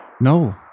No